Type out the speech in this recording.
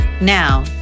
Now